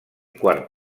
quart